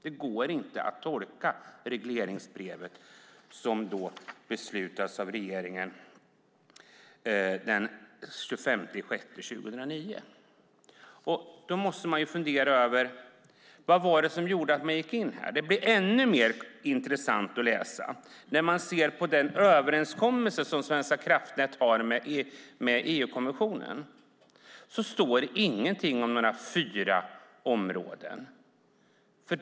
Det går inte att tolka regleringsbrevet som beslutats av regeringen den 25 juni 2009 på något annat sätt. Vad var det som gjorde att man gick in här? Det blir ännu mer intressant att läsa när man ser på den överenskommelse som Svenska kraftnät har med EU-kommissionen. Där står inget om fyra områden.